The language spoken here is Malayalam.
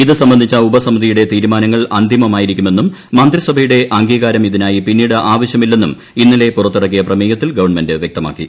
ഇത് സംബന്ധിച്ച ഉപസമിതിയുടെ തീരുമാനങ്ങൾ അന്തിമമായിരിക്കുമെന്നും മന്ത്രിസഭയുടെ അംഗീകാരം ഇതിനായി പിന്നീട് ആവശ്യമില്ലെന്നും ഇന്നലെ പൂറത്തിറക്കിയ പ്രമേയത്തിൽ ഗവൺമെന്റ് വ്യക്തമാക്കി